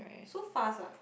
so fast ah